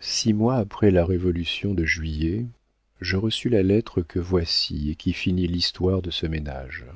six mois après la révolution de juillet je reçus la lettre que voici et qui finit l'histoire de ce ménage